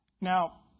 Now